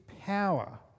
power